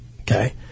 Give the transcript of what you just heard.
Okay